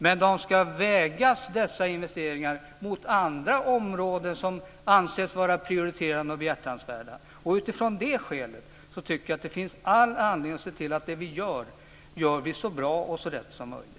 Men dessa investeringar ska vägas mot investeringar på andra områden som anses vara prioriterade och behjärtansvärda. Utifrån det skälet tycker jag att det finns all anledning att se till att vi gör det vi gör så bra och så rätt som möjligt.